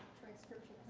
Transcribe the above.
transcription.